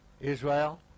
Israel